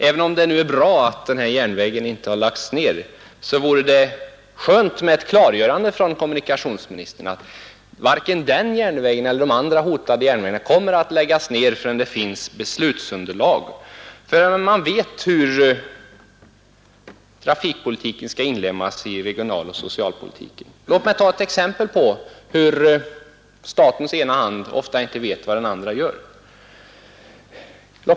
Även om det är bra att denna järnväg inte har lagts ned vore det välgörande att få ett klart besked från kommunikationsministern, att varken den järnvägen eller de andra hotade järnvägarna kommer att läggas ned förrän det finns beslutsunderlag för det och förrän man vet hur trafikpolitiken skall inlemmas i regionaloch socialpolitiken. Låt mig ta ett exempel på hur statens ena hand ofta inte vet vad den andra gör.